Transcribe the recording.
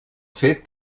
fet